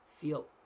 Feel